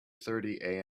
thirty